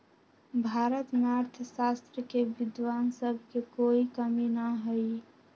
भारत में अर्थशास्त्र के विद्वान सब के कोई कमी न हई